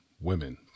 women